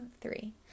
three